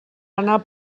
anar